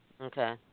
Okay